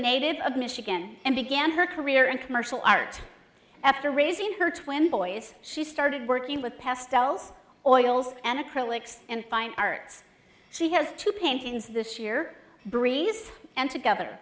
native of michigan and began her career in commercial art after raising her twin boys she started working with pastels oils and acrylics in fine art she has two paintings this year breeze and together